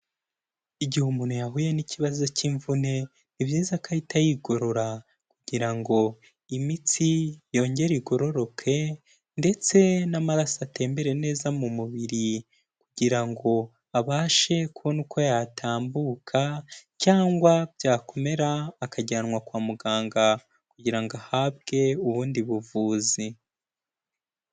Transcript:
Igihe umuntu yahuye n'ikibazo cy'imvune, ni ibyiza ko ahita yigorora kugira ngo imitsi yongere igororoke ndetse n'amaraso kugira ngo ahabwe ubundi buvuzi.